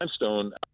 limestone